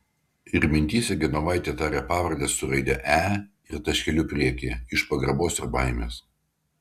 ir mintyse genovaitė taria pavardę su raide e ir taškeliu priekyje iš pagarbos ir baimės